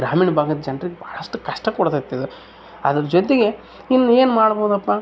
ಗ್ರಾಮೀಣ ಭಾಗದ್ ಜನರಿಗ್ ಬಹಳಷ್ಟು ಕಷ್ಟ ಕೊಡುತದೆ ಇದು ಅದ್ರ ಜೊತೆಗೆ ಇನ್ನು ಏನು ಮಾಡ್ಬಹುದಪ್ಪಾ